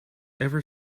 ever